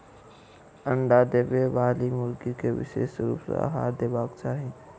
अंडा देबयबाली मुर्गी के विशेष रूप सॅ आहार देबाक चाही